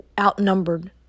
outnumbered